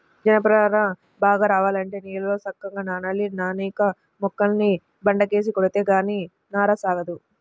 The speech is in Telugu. జనప నార బాగా రావాలంటే నీళ్ళల్లో సక్కంగా నానాలి, నానేక మొక్కల్ని బండకేసి కొడితే గానీ నార సాగదు